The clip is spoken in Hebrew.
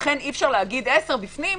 לכן אי אפשר לומר עשר בפנים,